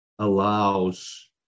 allows